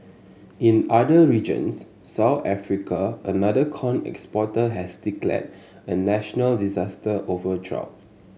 in other regions South Africa another corn exporter has declared a national disaster over drought